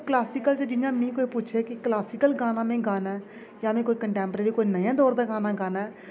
classical च जि'यां मीं कोई क्लासिकल गाना में गाना ऐ यानी कोई कंटैंप्रेरी कोई नए दौर दा गाना गाना ऐ